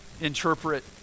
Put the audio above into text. interpret